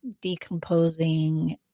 decomposing